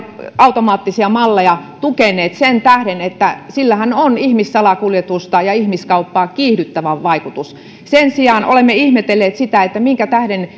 automaattisia malleja tukeneet sen tähden että sillähän on ihmissalakuljetusta ja ihmiskauppaa kiihdyttävä vaikutus sen sijaan olemme ihmetelleet sitä minkä tähden